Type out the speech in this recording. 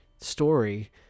story